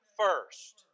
first